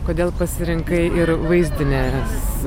kodėl pasirinkai ir vaizdines